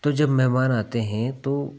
तो जब मेहमान आते हैं तो